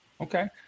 Okay